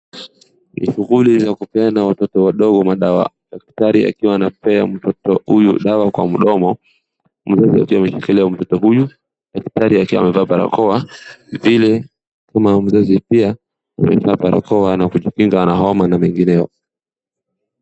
Ni shughuli za kupeana watoto wadogo madawa. Daktari akiwa anapea mtoto huyu dawa kwa mdomo, mzazi akiwa ameshikilia huyo mtoto. Daktari akiwa amevaa barakoa, vile kama mzazi pia amevaa barakoa na kujikinga na homa na mengineo.